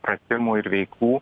pratimų ir veiklų